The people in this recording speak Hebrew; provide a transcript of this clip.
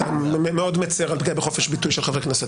אתה מאוד מצר בחופש ביטוי של חבר כנסת,